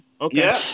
okay